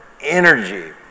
energy